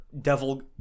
Devil